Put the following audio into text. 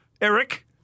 Eric